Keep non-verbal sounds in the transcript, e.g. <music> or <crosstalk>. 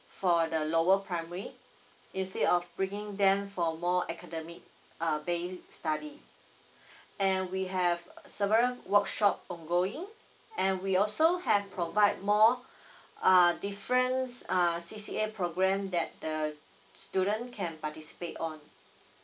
for the lower primary instead of bringing them for more academic err basic study <breath> and we have several workshop ongoing and we also have provide more <breath> err differents err C_C_A program that the student can participate on